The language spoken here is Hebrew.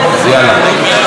אז יאללה.